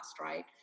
right